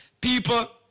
People